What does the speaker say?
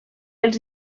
els